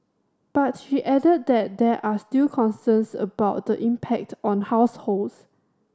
but she added that there are still concerns about the impact on households